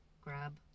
grab